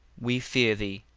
we fear thee,